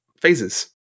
phases